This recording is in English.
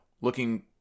looking